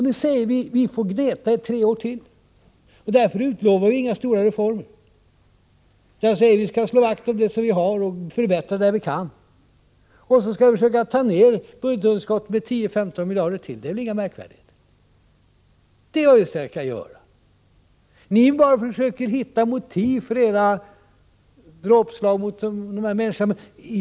Nu säger vi att vi får gneta i tre år till, och därför utlovar vi inga stora reformer. Vi skall slå vakt om det vi har och förbättra där vi kan, och så skall vi försöka ta ner budgetunderskottet med 10-15 miljarder till. Det är inga märkvärdigheter, men det är vad vi kan göra. Ni bara försöker hitta motiv för era dråpslag mot människor.